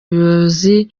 ubuyobozi